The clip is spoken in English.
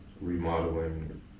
remodeling